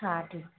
हाँ ठीक है